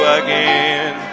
again